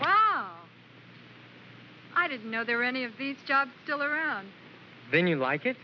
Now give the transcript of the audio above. i didn't know there were any of these jobs still around then you like it